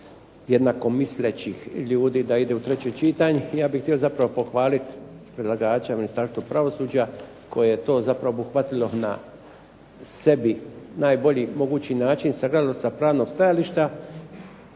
jednakomislećih ljudi da ide u treće čitanje. Ja bih htio zapravo pohvaliti predlagača, Ministarstvo pravosuđa koje je to zapravo obuhvatilo na sebi, najbolji mogući način sagledalo sa pravnog stajališta.